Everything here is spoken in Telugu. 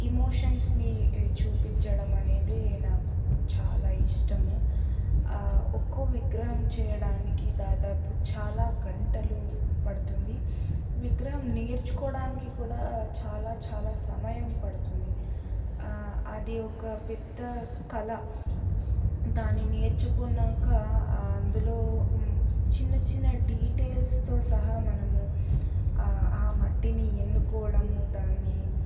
ఎమోషన్స్ని చూపించడం అనేది నాకు చాలా ఇష్టము ఒక్కో విగ్రహం చేయడానికి దాదాపు చాలా గంటలు పడుతుంది విగ్రహం నేర్చుకోవడానికి కూడా చాలా చాలా సమయం పడుతుంది అది ఒక పెద్ద కల దానిని నేర్చుకున్నాక అందులో చిన్న చిన్న డీటెయిల్స్తో సహా మనము ఆ మట్టిని ఎన్నుకోవడము దాన్ని